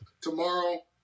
tomorrow